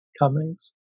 Cummings